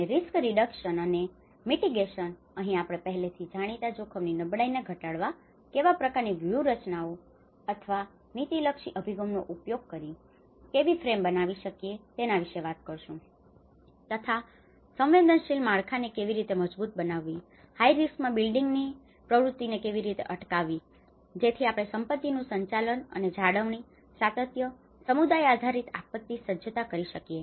અને risk reduction risk reduction જોખમ ઘટાડવું અને મિટીગેશન mitigation ઘટવું અહીં આપણે પહેલેથી જાણીતા જોખમોની નબળાઈને ઘટાડવા માટે કેવા પ્રકારની વ્યૂહ રચનાઓ અથવા નીતિલક્ષી અભિગમનો ઉપયોગ કરીને કેવી ફ્રેમ બનાવી શકીએ છીએ તેના વિશે વાત કરીશું તથા સંવેદનશીલ માળખાને કેવી રીતે મજબૂત બનાવવી હાઇ રિસ્કમાં બિલ્ડિંગની high risk building વધુ જોખમવાળું મકાન પ્રવૃત્તિને કેવી રીતે અટકાવવી જેથી આપણે સંપત્તિઓનું સંચાલન અને જાળવણી સાતત્ય સમુદાય આધારિત આપત્તિ સજ્જતા કરી શકીએ